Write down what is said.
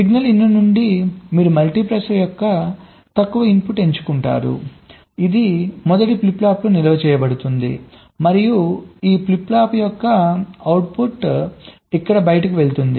signal in నుండి మీరు multiplexer యొక్క తక్కువ ఇన్పుట్ను ఎంచుకుంటారు ఇది మొదటి ఫ్లిప్ ఫ్లాప్లో నిల్వ చేయబడుతుంది మరియు ఈ ఫ్లిప్ ఫ్లాప్ యొక్క అవుట్పుట్ ఇక్కడ బయటకు వెళ్తుంది